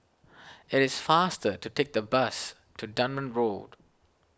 it is faster to take the bus to Dunman Road